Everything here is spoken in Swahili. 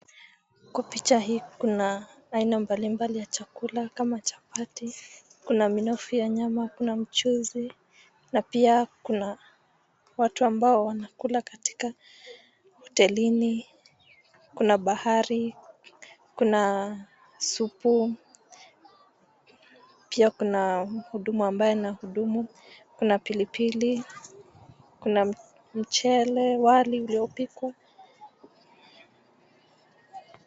Kwa picha hii kuna aina mbalimbali ya chakula kama chapati, kuna minofu ya nyama, kuna mchuzi na pia kuna watu ambao wanakula katika hotelini, kuna bahari, kuna supu, pia kuna mhudumu ambaye anahudumu, kuna pillipili, kuna mchele, wali uliopikwa.